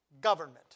government